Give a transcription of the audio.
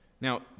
Now